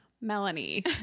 Melanie